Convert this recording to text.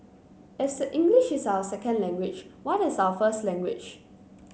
is English is our second language what is our first language